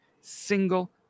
single